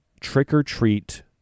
trick-or-treat